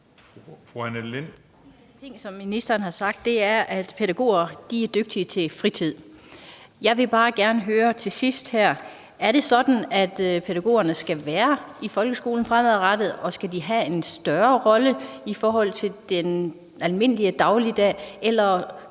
En af de ting, som ministeren har sagt, er, at pædagoger er dygtige til fritid. Jeg vil bare gerne høre her til sidst: Er det sådan, at pædagogerne skal være i folkeskolen fremadrettet, og skal de have en større rolle i forhold til den almindelige dagligdag? Eller